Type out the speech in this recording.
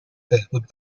بهبود